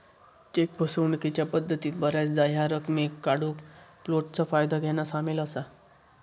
check फसवणूकीच्या पद्धतीत बऱ्याचदा ह्या रकमेक काढूक फ्लोटचा फायदा घेना सामील असा